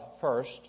first